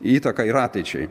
įtaką ir ateičiai